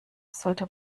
sollte